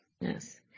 Yes